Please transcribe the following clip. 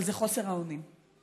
אבל זה חוסר האונים,